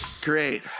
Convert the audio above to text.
Great